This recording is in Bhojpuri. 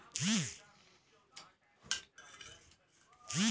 दुनिया भर में मछरी पालन के काम करल जाला